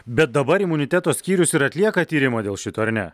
bet dabar imuniteto skyrius ir atlieka tyrimą dėl šito ar ne